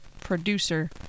producer